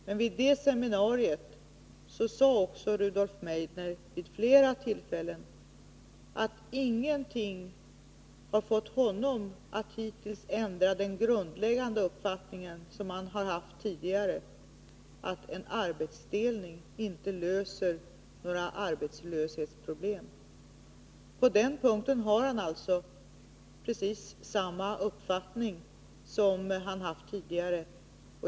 Men vid det seminariet anförde också Rudolf Meidner vid flera tillfällen att ingenting har fått honom att hittills ändra den grundläggande uppfattning som han haft tidigare, nämligen att en arbetsdelning inte löser några arbetslöshetsproblem. På den punkten har Rudolf Meidner alltså precis samma uppfattning som han har haft tidigare.